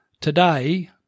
Today